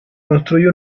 construye